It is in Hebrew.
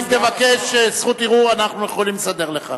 אם תבקש זכות ערעור, אנחנו יכולים לסדר לך.